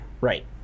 Right